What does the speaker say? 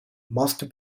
must